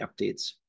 updates